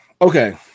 okay